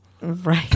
right